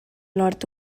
nord